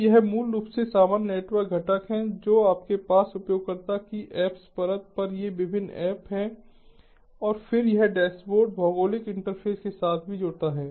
तो यह मूल रूप से सामान्य नेटवर्क घटक है तो आपके पास उपयोगकर्ता की ऐप्स परत पर ये विभिन्न ऐप हैं और फिर यह डैशबोर्ड भौगोलिक इंटरफ़ेस के साथ भी जुड़ता है